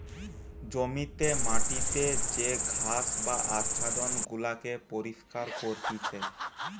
জমিতে মাটিতে যে ঘাস বা আচ্ছাদন গুলাকে পরিষ্কার করতিছে